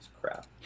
crap